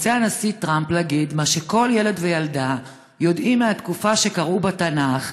רוצה הנשיא טראמפ להגיד מה שכל ילד וילדה יודעים מהתקופה שקראו בתנ"ך: